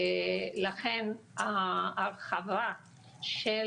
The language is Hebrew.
לכן ההרחבה של